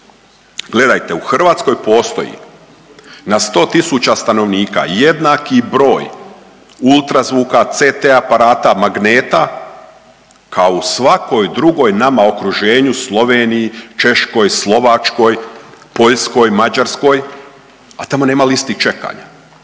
Gledajte, u Hrvatskoj postoji na 100 tisuća stanovnika jednaki broj ultrazvuka, CT aparata, magneta, kao u svakoj drugoj nama u okruženju, Sloveniji, Češkoj, Slovačkoj, Poljskoj, Mađarskoj, a tamo nema listi čekanja.